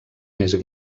més